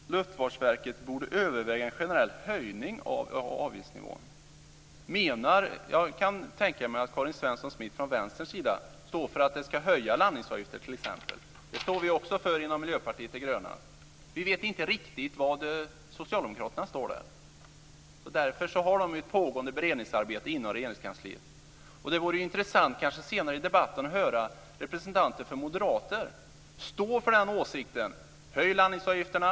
Herr talman! Det utskottet begär är att Luftfartsverket borde överväga en generell höjning av avgiftsnivån. Jag kan tänka mig att Karin Svensson Smith från Vänsterns sida står för att man ska höja t.ex. landningsavgifter. Det står vi också för inom Miljöpartiet de gröna. Vi vet inte riktigt var Socialdemokraterna står där. Därför har man ett pågående beredningsarbete inom Regeringskansliet. Det vore intressant att kanske senare i debatten höra representanter för Moderaterna stå för den åsikten, att höja landningsavgifterna.